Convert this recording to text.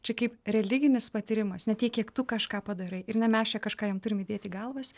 čia kaip religinis patyrimas ne tiek kiek tu kažką padarai ir ne mes čia kažką jam turim įdėt į galvas